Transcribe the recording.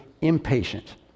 impatient